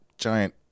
Giant